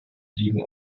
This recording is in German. liegen